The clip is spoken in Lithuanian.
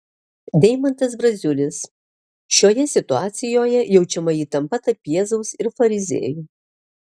deimantas braziulis šioje situacijoje jaučiama įtampa tarp jėzaus ir fariziejų